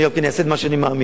אני גם אעשה את מה שאני מאמין.